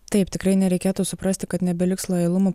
taip tikrai nereikėtų suprasti kad nebeliks lojalumo